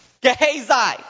Gehazi